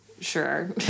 Sure